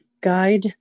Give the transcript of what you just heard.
Guide